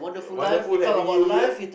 wonderful having you here